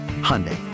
Hyundai